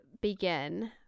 begin